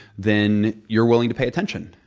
then you're willing to pay attention.